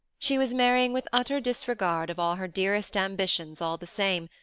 she was marrying with utter disregard of all her dearest ambitions all the same,